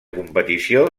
competició